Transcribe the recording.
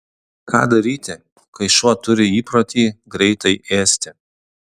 ką daryti kai šuo turi įprotį greitai ėsti